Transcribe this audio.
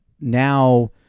now